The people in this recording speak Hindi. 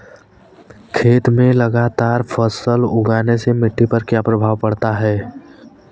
खेत में लगातार फसल उगाने से मिट्टी पर क्या प्रभाव पड़ता है?